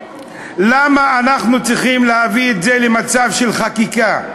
למה אנחנו צריכים להביא את זה למצב של חקיקה?